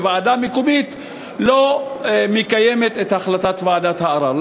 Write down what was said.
וועדה מקומית לא מקיימת את החלטת ועדת הערר.